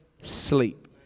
sleep